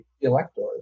electors